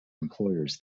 employers